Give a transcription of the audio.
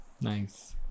Nice